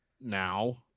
now